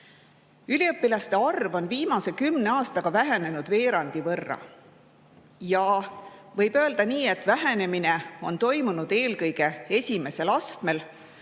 arv on viimase kümne aastaga vähenenud veerandi võrra. Võib öelda nii, et vähenemine on toimunud eelkõige esimesel astmel.